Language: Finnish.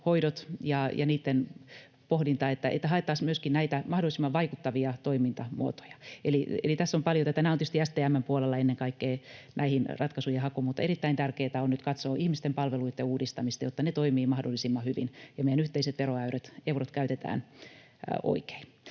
hoidot ja niitten pohdinta, että haettaisiin myöskin näitä mahdollisimman vaikuttavia toimintamuotoja. Eli tässä on paljon tätä. Näihin ratkaisujen haku on tietysti STM:n puolella ennen kaikkea, mutta erittäin tärkeätä on nyt katsoa ihmisten palveluitten uudistamista, jotta ne toimivat mahdollisimman hyvin ja meidän yhteiset veroeurot käytetään oikein.